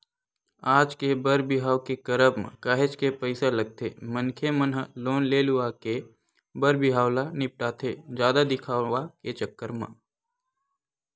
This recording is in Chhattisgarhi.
आज के बर बिहाव के करब म काहेच के पइसा लगथे मनखे मन ह लोन ले लुवा के बर बिहाव ल निपटाथे जादा दिखावा के चक्कर म